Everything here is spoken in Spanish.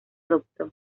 adoptó